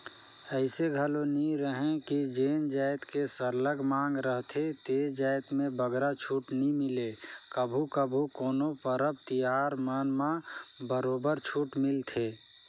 अइसे घलो नी रहें कि जेन जाएत के सरलग मांग रहथे ते जाएत में बगरा छूट नी मिले कभू कभू कोनो परब तिहार मन म बरोबर छूट मिलथे